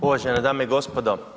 Uvažene dame i gospodo.